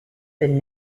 been